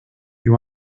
you